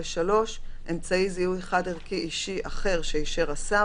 (3) אמצעי זיהוי חד ערכי אישי אחר שאישר השר,